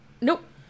Nope